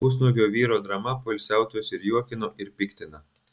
pusnuogio vyro drama poilsiautojus ir juokino ir piktino